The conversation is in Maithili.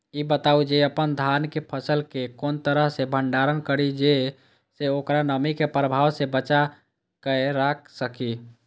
ई बताऊ जे अपन धान के फसल केय कोन तरह सं भंडारण करि जेय सं ओकरा नमी के प्रभाव सं बचा कय राखि सकी?